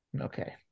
Okay